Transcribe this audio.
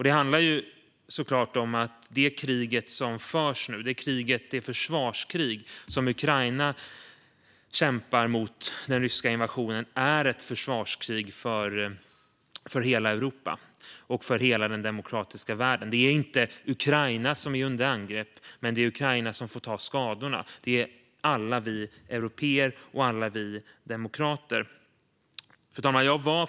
Det handlar såklart om att det försvarskrig som Ukraina bedriver för att kämpa mot den ryska invasionen är ett försvarskrig för hela Europa och för hela den demokratiska världen. Det är inte Ukraina som är under angrepp, men det är Ukraina som får ta skadorna. Det är alla vi européer och alla vi demokrater som är under angrepp. Fru talman!